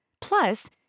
Plus